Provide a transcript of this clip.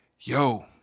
Yo